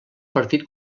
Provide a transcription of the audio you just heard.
partit